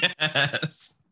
Yes